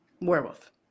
Werewolf